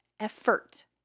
Effort